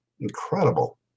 incredible